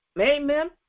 Amen